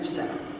Center